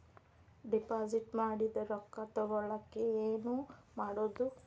Deposit ಮಾಡಿದ ರೊಕ್ಕ ತಗೋಳಕ್ಕೆ ಏನು ಮಾಡೋದು?